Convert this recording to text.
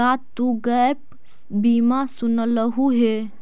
का तु गैप बीमा सुनलहुं हे?